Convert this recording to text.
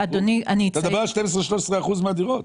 אתה מדבר על 13%-12% מהדירות.